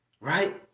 Right